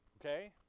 Okay